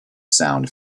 sound